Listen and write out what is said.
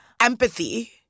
empathy